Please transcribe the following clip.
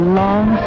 long